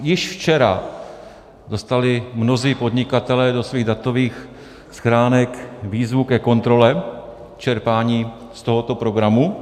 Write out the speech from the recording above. Již včera dostali mnozí podnikatelé do svých datových schránek výzvu ke kontrole čerpání z tohoto programu.